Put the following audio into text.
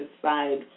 decide